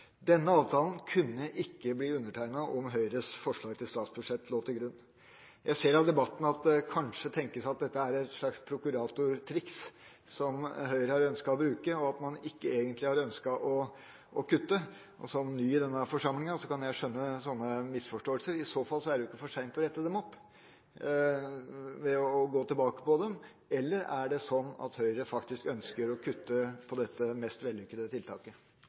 Denne avtalen kunne ikke blitt undertegnet om Høyres forslag til statsbudsjett lå til grunn. Jeg ser av debatten at det kanskje tenkes at dette er et slags prokuratortriks, som Høyre har ønsket å bruke, og at man ikke egentlig har ønsket å kutte. Som ny i denne forsamlingen kan jeg skjønne slike misforståelser. I så fall er det ikke for sent å rette dem opp ved å gå tilbake på dem. Eller er det slik at Høyre faktisk ønsker å kutte på dette mest vellykkede tiltaket?